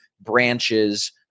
branches